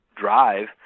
Drive